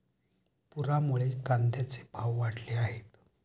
पुरामुळे कांद्याचे भाव वाढले आहेत